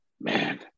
Man